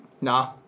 Nah